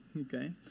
okay